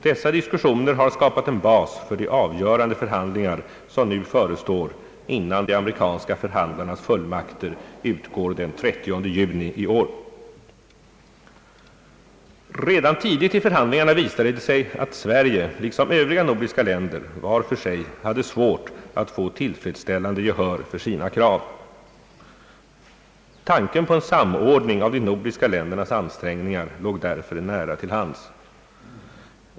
Dessa diskussioner har skapat en bas för de avgörande förhandlingar som nu förestår innan de amerikanska förhandlärnas fullmakter utgår den 30 juni i AEA Redan tidigt i förhandlingarna visade det sig aft Sverige liksom Övriga nordiska länder var för sig hade svårt att få tillfredsställande gehör för sina krav. Tankén på en samordning av de nordiska ländernas ansträngningar låg därför nära till hands.